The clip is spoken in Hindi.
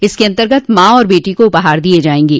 इसके अंतर्गत मां और बेटी को उपहार दिये जायेंगे